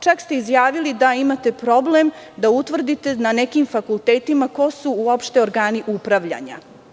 Čak ste izjavili da imate problem da utvrdite na nekim fakultetima ko su uopšte organi upravljanja.